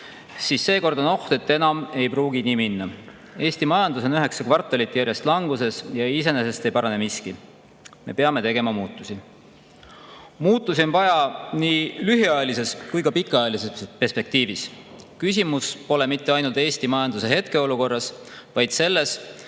siis seekord on oht, et enam ei pruugi nii minna. Eesti majandus on üheksa kvartalit järjest languses ja iseenesest ei parane miski. Me peame tegema muudatusi. Muutusi on vaja nii lühiajalises kui ka pikaajalises perspektiivis. Küsimus pole mitte ainult Eesti majanduse hetkeolukorras, vaid selles,